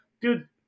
dude